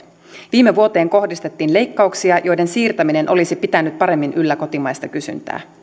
viime vuoteen kohdistettiin leikkauksia joiden siirtäminen olisi pitänyt paremmin yllä kotimaista kysyntää